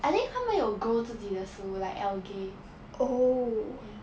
I think 他们有 grow 自己的食物 like algae ya